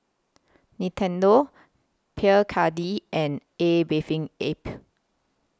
Nintendo Pierre Cardin and A Bathing Ape